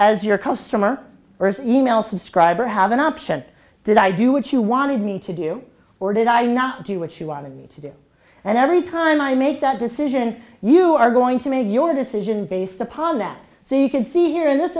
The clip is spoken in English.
as your customer earth e mail subscriber have an option did i do what you wanted me to do or did i not do what she wanted me to do and every time i make that decision you are going to make your decisions based upon that so you can see here in this